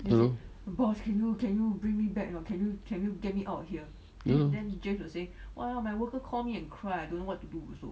ya lor ya lor